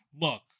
Look